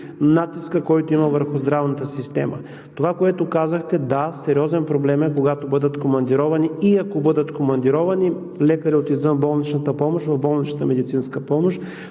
натиска, който има върху здравната система. Това, което казахте – да, сериозен проблем е, когато бъдат командировани и ако бъдат командировани лекари от извънболничната помощ в болничната медицинска помощ.